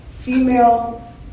female